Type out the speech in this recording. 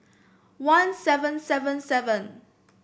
one seven seven seven